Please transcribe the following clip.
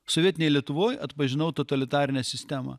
sovietinėj lietuvoj atpažinau totalitarinę sistemą